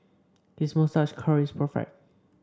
his moustache curl is perfect